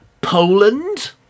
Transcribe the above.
Poland